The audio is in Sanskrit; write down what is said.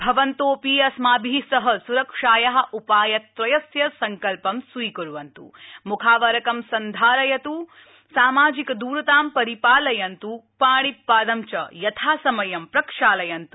भवन्त अपि अस्माभि सह सुरक्षाया उपाय त्रयस्य सङ्कल्प स्वीक्र्वन्त् मुख आवरक सन्धारयन्त सामाजिक दूरतां पालयन्तु पाणि पादं च यथा समयं प्रक्षालयन्त्